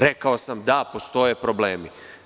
Rekao sam – da, postoje problemi.